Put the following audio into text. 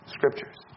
Scriptures